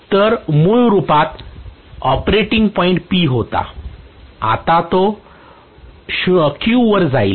तर मूळ रूपात ऑपरेटिंग पॉईंट P होता तो आता Q वर जाईल